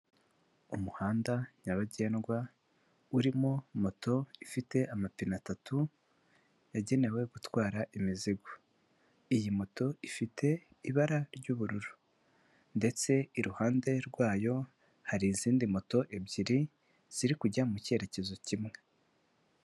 Umuhanda nyabagendwa urimo moto ifite amapine atatu, yagenewe gutwara imizigo iyi moto ifite ibara ry'ubururu ndetse iruhande rwayo hari izindi moto ebyiri ziri kujya mu cyerekezo kimwe.